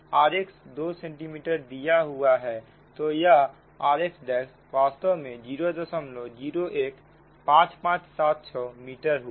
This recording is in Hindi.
rx 2 सेंटीमीटर दिया हुआ है तो यह rxवास्तव में 0015576 मीटर हुआ